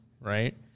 right